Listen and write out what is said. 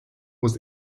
was